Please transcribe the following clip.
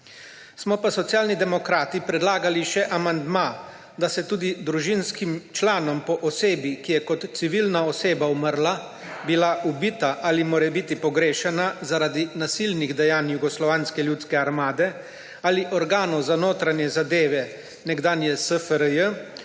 Smo pa Socialni demokrati predlagali še amandma, da se tudi družinskim članom po osebi, ki je kot civilna oseba umrla, bila ubita ali morebiti pogrešana zaradi nasilnih dejanj Jugoslovanske ljudske armade ali organov za notranje zadeve nekdanje SFRJ,